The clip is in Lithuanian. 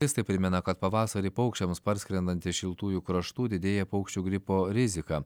specialistai primena kad pavasarį paukščiams parskrendant iš šiltųjų kraštų didėja paukščių gripo rizika